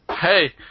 Hey